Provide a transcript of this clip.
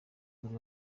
buri